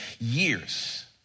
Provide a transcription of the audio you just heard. years